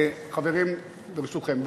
חברים, ברשותכם.